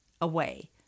away